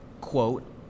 Quote